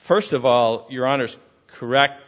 first of all your honor so correct